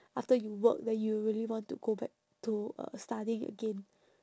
after you work then you really want to go back to uh studying again